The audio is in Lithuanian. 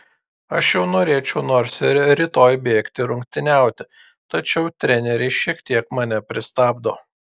aš jau norėčiau nors ir rytoj bėgti rungtyniauti tačiau treneriai šiek tiek mane pristabdo